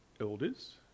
elders